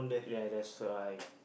ya that's why